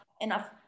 enough